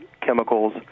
chemicals